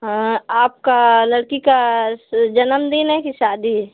हाँ आपका लड़की का जन्म दिन है कि शादी है